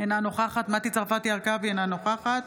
אינה נוכחת מטי צרפתי הרכבי, אינה נוכחת